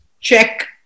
check